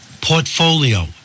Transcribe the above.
portfolio